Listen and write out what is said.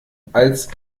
als